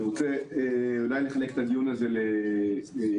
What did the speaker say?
אני רוצה לחלק את דבריי לשניים.